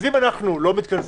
אז אם הוועדה לא מתכנסת,